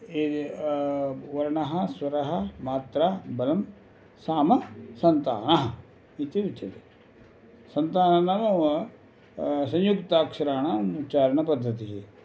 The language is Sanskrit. ये ये वर्णः स्वरः मात्रा बलं साम सन्तानः इति उच्यते सन्तानं नाम संयुक्ताक्षराणाम् उच्चारणपद्धतिः